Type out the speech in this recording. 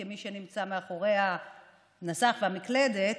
כי מי שנמצא מאחורי המסך והמקלדת